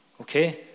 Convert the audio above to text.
Okay